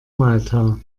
malta